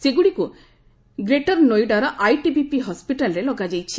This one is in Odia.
ସେଗୁଡ଼ିକୁ ଗ୍ରେଟର ନୋଇଡାର ଆଇଟିବିପି ହସ୍କିଟାଲରେ ଲଗାଯାଇଛି